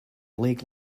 lake